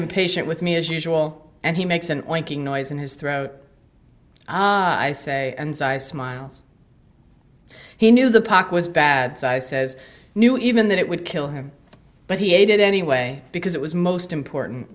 impatient with me as usual and he makes an oinking noise in his throat i say smiles he knew the pock was bad says knew even that it would kill him but he ate it anyway because it was most important